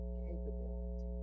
capability